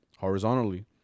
horizontally